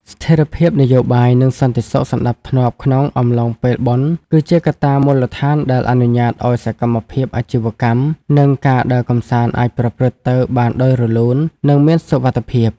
ស្ថិរភាពនយោបាយ និងសន្តិសុខសណ្តាប់ធ្នាប់ក្នុងអំឡុងពេលបុណ្យ គឺជាកត្តាមូលដ្ឋានដែលអនុញ្ញាតឱ្យសកម្មភាពអាជីវកម្ម និងការដើរកម្សាន្តអាចប្រព្រឹត្តទៅបានដោយរលូន និងមានសុវត្ថិភាព។